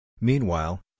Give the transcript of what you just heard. Meanwhile